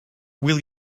will